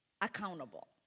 accountable